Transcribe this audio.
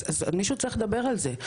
אז מישהו צריך לדבר על זה.